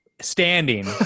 standing